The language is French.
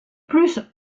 plus